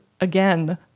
Again